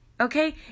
Okay